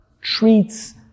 treats